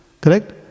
Correct